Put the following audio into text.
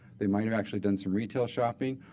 they might have actually done some retail shopping,